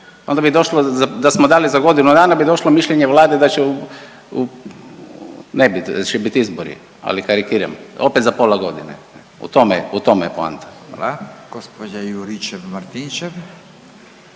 Onda bi došlo da smo dali za godinu dana bi došlo mišljenje Vlade da će, ne bi, jer će bit izbori. Ali karikiram, opet za pola godine. U tome je poanta.